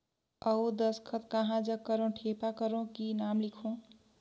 अउ दस्खत कहा जग करो ठेपा करो कि नाम लिखो?